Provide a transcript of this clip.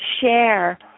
share